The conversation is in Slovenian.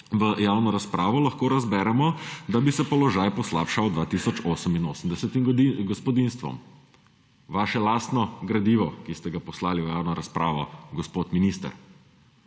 v javno razpravo, lahko razberemo, da bi se položaj poslabšal 2 tisoč 88 gospodinjstvom. Vaše lastno gradivo, ki ste ga poslali v javno razpravo, gospod minister.